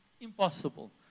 Impossible